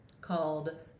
called